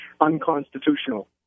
unconstitutional